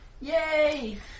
Yay